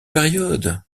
période